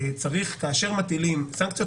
כאשר מטילים סנקציות,